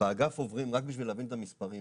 באגף עוברים, רק בשביל להבין את המספרים.